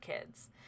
kids